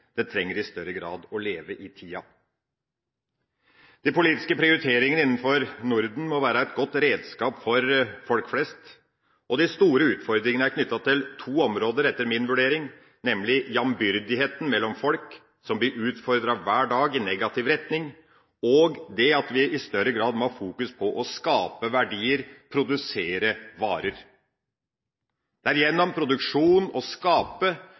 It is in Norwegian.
det trenger større vitalitet. Det trenger i større grad å leve i tida. De politiske prioriteringene innafor Norden må være et godt redskap for folk flest. De store utfordringene er knyttet til to områder, etter min vurdering, nemlig jambyrdigheten mellom folk, som blir utfordret hver dag i negativ retning, og det at vi i større grad må fokusere på å skape verdier, produsere varer. Det er gjennom produksjon, gjennom å skape,